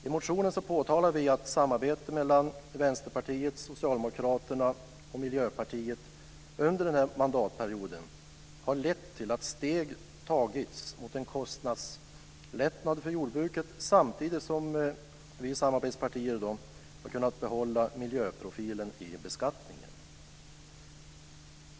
I motionen påtalar vi att samarbete mellan Vänsterpartiet, Socialdemokraterna och Miljöpartiet under den här mandatperioden har lett till att steg tagits mot en kostnadslättnad för jordbruket samtidigt som samarbetspartierna kunnat behålla miljöprofilen i beskattningen.